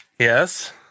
Yes